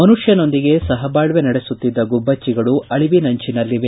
ಮನುಷ್ಠನೊಂದಿಗೆ ಸಹಬಾಕ್ವೆ ನಡೆಸುತ್ತಿದ್ದ ಗುಬ್ಬಟ್ಟಿಗಳು ಅಳಿವಿನಂಚಿನಲ್ಲಿವೆ